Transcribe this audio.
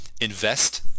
invest